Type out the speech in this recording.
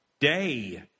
day